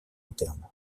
interne